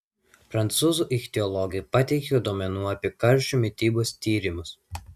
prancūzų ichtiologai pateikė duomenų apie karšių mitybos tyrimus